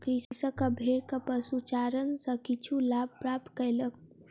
कृषक भेड़क पशुचारण सॅ किछु लाभ प्राप्त कयलक